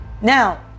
Now